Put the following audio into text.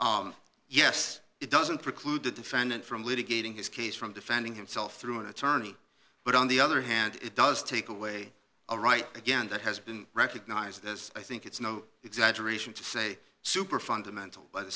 yes it doesn't preclude the defendant from litigating his case from defending himself through an attorney but on the other hand it does take away a right again that has been recognized as i think it's no exaggeration to say super fundamental by the